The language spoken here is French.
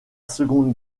seconde